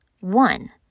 One